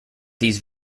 these